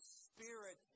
spirit